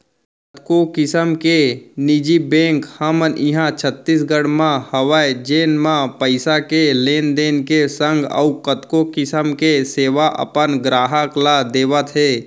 कतको किसम के निजी बेंक हमन इहॉं छत्तीसगढ़ म हवय जेन म पइसा के लेन देन के संग अउ कतको किसम के सेवा अपन गराहक ल देवत हें